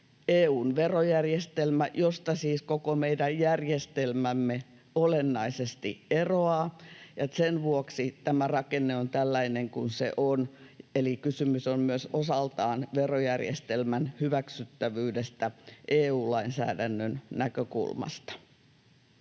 EU:n verojärjestelmä, josta siis koko meidän järjestelmämme olennaisesti eroaa. Sen vuoksi tämä rakenne on tällainen kuin se on. Eli kysymys on osaltaan myös verojärjestelmän hyväksyttävyydestä EU-lainsäädännön näkökulmasta.